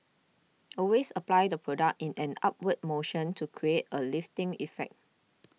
always apply the product in an upward motion to create a lifting effect